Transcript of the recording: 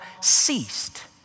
ceased